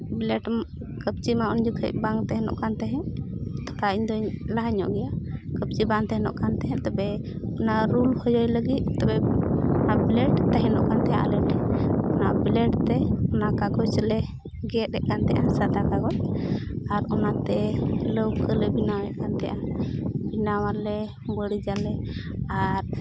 ᱞᱟᱹᱴᱩ ᱠᱟᱹᱢᱪᱤ ᱢᱟ ᱩᱱ ᱡᱚᱠᱷᱚᱡ ᱵᱟᱝ ᱛᱟᱦᱮᱸ ᱠᱟᱱ ᱛᱟᱦᱮᱸᱫ ᱠᱷᱟᱡ ᱤᱧᱫᱚᱧ ᱞᱟᱦᱟ ᱧᱚᱜ ᱜᱮᱭᱟ ᱠᱟᱹᱢᱪᱤ ᱵᱟᱝ ᱛᱟᱦᱮᱱᱚᱜ ᱛᱟᱦᱮᱸᱫ ᱛᱚᱵᱮ ᱚᱱᱟ ᱨᱩᱞ ᱦᱚᱭᱚ ᱞᱟᱹᱜᱤᱫ ᱛᱚᱵᱮ ᱚᱱᱟ ᱵᱞᱮᱰ ᱛᱮ ᱚᱱᱟ ᱠᱟᱜᱚᱡᱽ ᱞᱮ ᱜᱮᱫ ᱮᱫ ᱛᱟᱦᱮᱸᱫ ᱥᱟᱫᱟ ᱠᱟᱜᱚᱡᱽ ᱟᱨ ᱚᱱᱟᱛᱮ ᱞᱟᱹᱣᱠᱟᱹᱞᱮ ᱵᱮᱱᱟᱣᱮᱫ ᱠᱟᱱ ᱛᱟᱦᱮᱸᱫᱼᱟ ᱵᱮᱱᱟᱣᱟᱞᱮ ᱵᱟᱹᱲᱤᱡᱟᱞᱮ ᱟᱨ